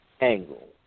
angle